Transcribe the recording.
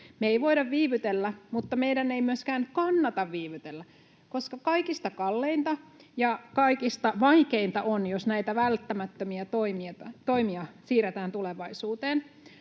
Me ei voida viivytellä, mutta meidän ei myöskään kannata viivytellä, koska kaikista kalleinta ja kaikista vaikeinta on, jos näitä välttämättömiä toimia siirretään tulevaisuuteen.